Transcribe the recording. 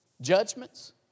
judgments